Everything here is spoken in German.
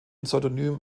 pseudonym